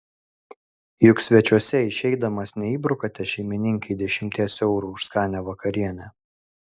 juk svečiuose išeidamas neįbrukate šeimininkei dešimties eurų už skanią vakarienę